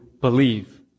believe